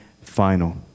final